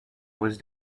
was